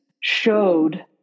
showed